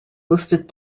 listed